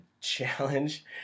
challenge